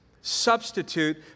substitute